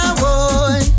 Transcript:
boy